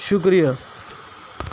شکریہ